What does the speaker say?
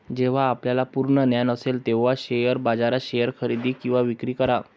जेव्हा आपल्याला पूर्ण ज्ञान असेल तेव्हाच शेअर बाजारात शेअर्स खरेदी किंवा विक्री करा